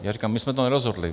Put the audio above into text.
Já říkám, my jsme to nerozhodli.